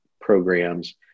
programs